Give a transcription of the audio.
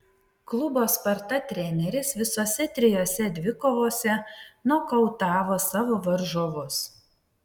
klubo sparta treneris visose trijose dvikovose nokautavo savo varžovus